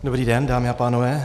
Dobrý den, dámy a pánové.